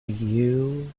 you